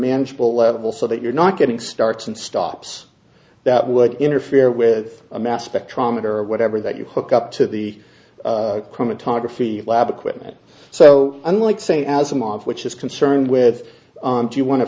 manageable level so that you're not getting starts and stops that would interfere with a mass spectrometer or whatever that you hook up to the chromatography lab equipment so unlike say asimov which is concerned with do you want